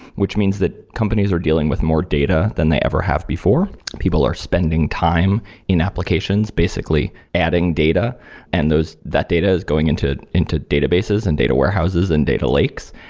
which means that companies are dealing with more data than they ever have before. people are spending time in applications, basically adding data and that data is going into into databases and data warehouses and data lakes.